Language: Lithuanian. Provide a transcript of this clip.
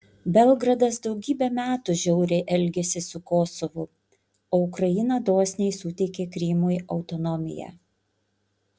belgradas daugybę metų žiauriai elgėsi su kosovu o ukraina dosniai suteikė krymui autonomiją